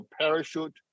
parachute